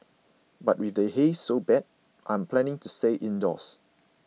but with the haze so bad I'm planning to stay indoors